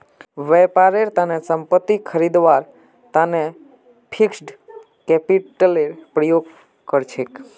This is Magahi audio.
व्यापारेर तने संपत्ति खरीदवार तने फिक्स्ड कैपितलेर प्रयोग कर छेक